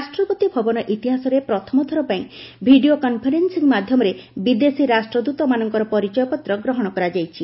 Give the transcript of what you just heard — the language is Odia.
ରାଷ୍ଟ୍ରପତି ଭବନ ଇତିହାସରେ ପ୍ରଥମଥର ପାଇଁ ଭିଡ଼ିଓ କନ୍ଫରେନ୍ସିଂ ମାଧ୍ୟମରେ ବିଦେଶୀ ରାଷ୍ଟ୍ରଦୃତମାନଙ୍କର ପରିଚୟପତ୍ର ଗ୍ରହଣ କରାଯାଇଛି